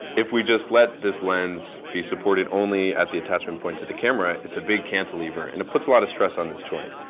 if we just let this lens be supported only at the attachment point to the camera, it's a big cantilever. and it puts a lot of stress on this joint.